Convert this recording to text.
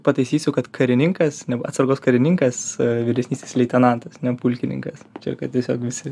pataisysiu kad karininkas atsargos karininkas vyresnysis leitenantas ne pulkininkas ir kad tiesiog visi